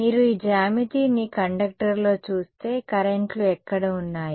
మీరు ఈ జ్యామితిని కండక్టర్లో చూస్తే కరెంట్లు ఎక్కడ ఉన్నాయి